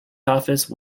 office